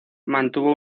mantuvo